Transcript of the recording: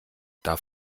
darf